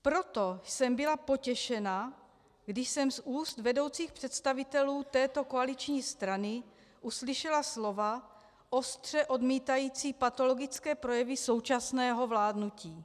Proto jsem byla potěšena, když jsem z úst vedoucích představitelů této koaliční strany uslyšela slova ostře odmítající patologické projevy současného vládnutí.